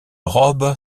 robe